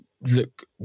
look